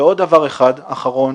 דבר אחרון.